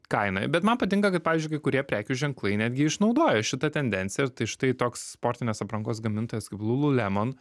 kainą bet man patinka kad pavyzdžiui kai kurie prekių ženklai netgi išnaudoja šitą tendenciją tai štai toks sportinės aprangos gamintojas kaip lulu lemon